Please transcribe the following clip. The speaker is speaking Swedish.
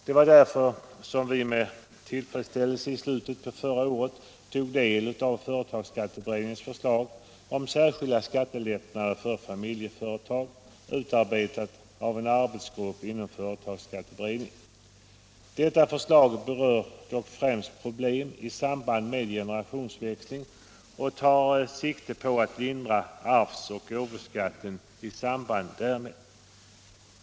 Det var därför med tillfredsställelse vi i slutet på förra året tog del av företagsskatteberedningens förslag, Särskilda skattelättnader för familjeföretag, utarbetat av en arbetsgrupp inom företagsskatteberedningen. Detta förslag berör främst problem i samband med generationsväxling och tar sikte på att lindra arvs och gåvoskatten i samband därmed.